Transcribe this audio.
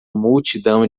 multidão